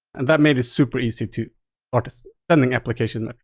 and that made it super easy to or sending application.